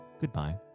goodbye